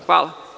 Hvala.